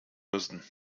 müssen